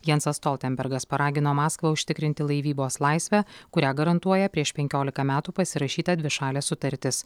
jansas stoltenbergas paragino maskvą užtikrinti laivybos laisvę kurią garantuoja prieš penkiolika metų pasirašyta dvišalė sutartis